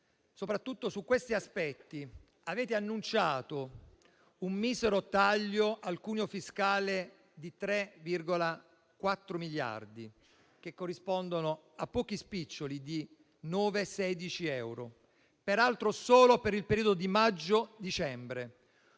Soprattutto su questi aspetti avete annunciato un misero taglio al cuneo fiscale di 3,4 miliardi, che corrispondono a pochi spiccioli di 9 e 16 euro, peraltro solo per il periodo di maggio-dicembre.